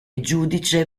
giudice